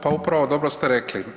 Pa upravo dobro ste rekli.